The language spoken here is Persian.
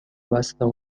بستم